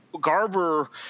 Garber